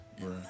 right